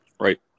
Right